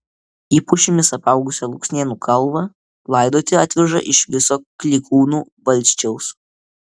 į pušimis apaugusią luksnėnų kalvą laidoti atveža iš viso klykūnų valsčiaus